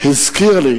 הזכיר לי